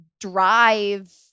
drive